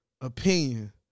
opinion